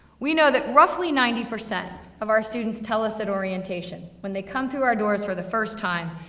we know that roughly ninety percent of our students tell us at orientation, when they come to our doors for the first time,